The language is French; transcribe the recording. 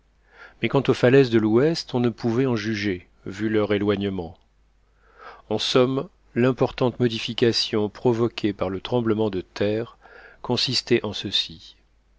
mais quant aux falaises de l'ouest on ne pouvait en juger vu leur éloignement en somme l'importante modification provoquée par le tremblement de terre consistait en ceci